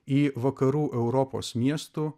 į vakarų europos miestų